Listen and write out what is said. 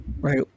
right